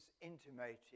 intimated